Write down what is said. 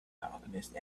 alchemist